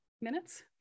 minutes